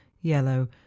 yellow